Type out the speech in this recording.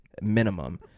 minimum